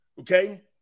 Okay